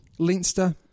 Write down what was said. Leinster